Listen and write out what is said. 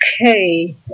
Okay